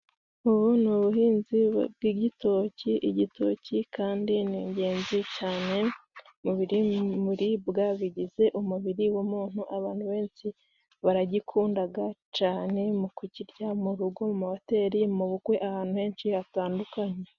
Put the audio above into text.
Ubu ni ubuhinzi bw'igitoki ,igitoki kandi ni ingenzi cane mu biribwa bigize umubiri w'umuntu, abantu benshi baragikundaga cane mu ku kirya mu rugo, mu ma hoteli ,mu bukwe ahantu henshi hatandukanye.